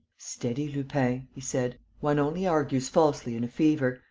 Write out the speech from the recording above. steady, lupin, he said. one only argues falsely in a fever.